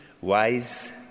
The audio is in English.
wise